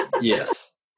Yes